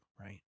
right